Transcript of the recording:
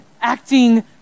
acting